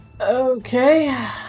Okay